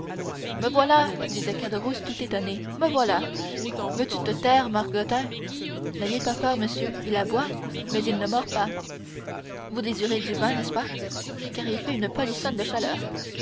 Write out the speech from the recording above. me voilà disait caderousse tout étonné me voilà veux-tu te taire margottin n'ayez pas peur monsieur il aboie mais il ne mord pas vous désirez du vin n'est-ce pas car il fait une polissonne de chaleur